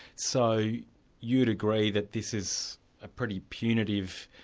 so you'd agree that this is a pretty punitive,